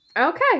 Okay